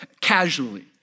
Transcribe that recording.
casually